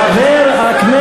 חבר הכנסת בר.